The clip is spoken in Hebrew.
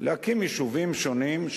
להקים יישובים שונים,